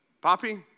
Poppy